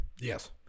Yes